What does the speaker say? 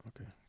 Okay